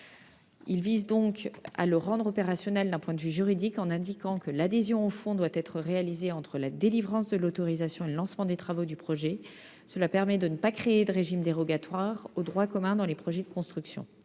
vise donc à rendre le dispositif opérationnel d'un point de vue juridique, en précisant que l'adhésion au fonds doit être réalisée entre la délivrance de l'autorisation et le lancement des travaux. Cela permet de ne pas créer de régime dérogatoire au droit commun dans les projets de construction.